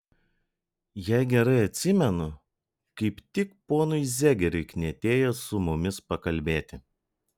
jei gerai atsimenu kaip tik ponui zegeriui knietėjo su mumis pakalbėti